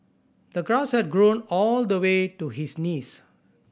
the grass had grown all the way to his knees